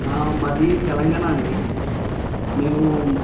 మాది తెలంగాణ అండి మేము